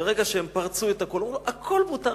כשהכול מותר,